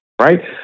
Right